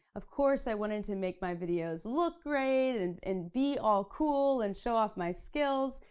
of course i wanted to make my videos look great and and be all cool, and show off my skills,